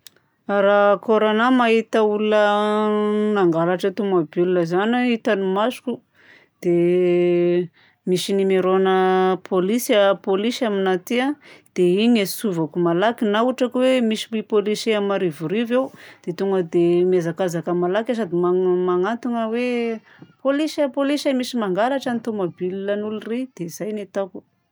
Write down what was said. Raha kôranahy mahita olona nangalatra tomobile zany aho hitan'ny masoko, dia misy numéro-na pôlisy aminahy aty a, dia igny antsovako malaky na ohatra ka hoe misy pôlisy marivorivo eo, dia tonga dia mihazakazaka malaky aho sady magnatona hoe "pôlisy a, pôlisy a, misy mangalatra ny tomobilan'olo iry". Dia izay no ataoko.